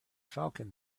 falcon